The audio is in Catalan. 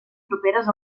properes